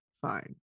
fine